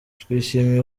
twishimiye